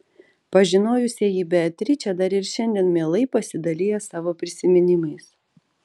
pažinojusieji beatričę dar ir šiandien mielai pasidalija savo prisiminimais